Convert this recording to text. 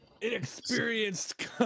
inexperienced